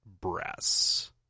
breasts